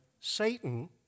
Satan